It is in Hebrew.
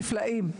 נפלאים.